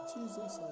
Jesus